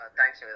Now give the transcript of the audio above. Thanks